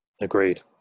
Agreed